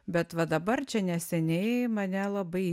bet va dabar čia neseniai mane labai